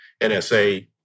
NSA